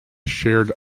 shared